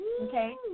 okay